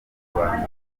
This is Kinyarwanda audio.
abantu